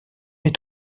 est